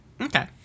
Okay